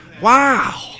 Wow